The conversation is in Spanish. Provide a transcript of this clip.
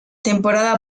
temporada